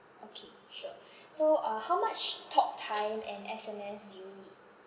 okay sure so uh how much talktime and S_M_S do you need